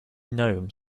gnome